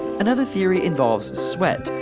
another theory involves sweat.